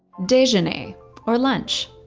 dejeuner, or lunch.